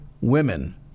women